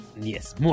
Yes